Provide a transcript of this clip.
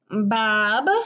Bob